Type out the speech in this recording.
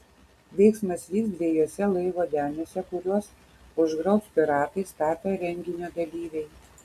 veiksmas vyks dviejuose laivo deniuose kuriuos užgrobs piratais tapę renginio dalyviai